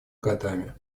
годами